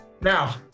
now